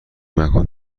مکان